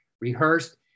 rehearsed